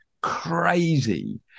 crazy